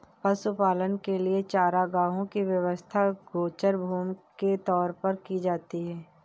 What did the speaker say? पशुपालन के लिए चारागाहों की व्यवस्था गोचर भूमि के तौर पर की जाती है